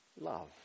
love